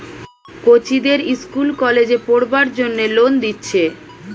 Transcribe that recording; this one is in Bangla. কচিদের ইস্কুল কলেজে পোড়বার জন্যে লোন দিচ্ছে